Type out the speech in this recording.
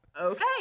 okay